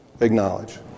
acknowledge